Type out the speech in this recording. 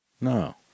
No